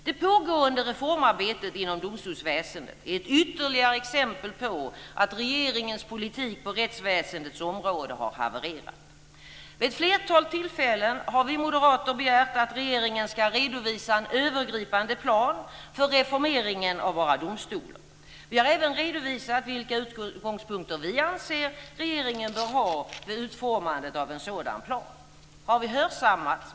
Det pågående reformarbetet inom domstolsväsendet är ett ytterligare exempel på att regeringens politik på rättsväsendets område har havererat. Vid ett flertal tillfällen har vi moderater begärt att regeringen ska redovisa en övergripande plan för reformeringen av våra domstolar. Vi har även redovisat vilka utgångspunkter vi anser regeringen bör ha vid utformandet av en sådan plan. Har vi hörsammats?